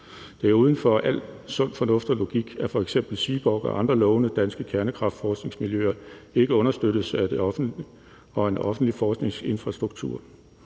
Det er uden for al sund fornuft og logik, at f.eks. Seaborg og andre lovende danske kernekraftforskningsmiljøer ikke understøttes af det offentlige og en offentlig forskningsinfrastruktur.